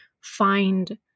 find